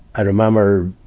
i remember,